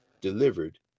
delivered